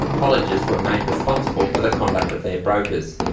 colleges were made responsible for the conduct of their brokers.